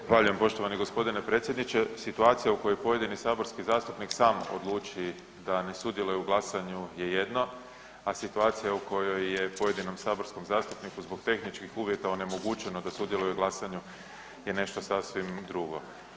Zahvaljujem poštovani gospodine predsjedniče, situacija u kojoj pojedini saborski zastupnik sam odluči da ne sudjeluje u glasanju, a situacija u kojoj je pojedinom saborsko zastupniku zbog tehničkih uvjeta onemogućeno da sudjeluje u glasanju je nešto sasvim drugo.